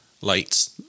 lights